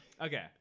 Okay